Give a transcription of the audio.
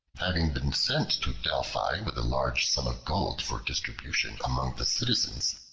having been sent to delphi with a large sum of gold for distribution among the citizens,